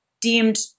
deemed